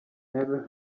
never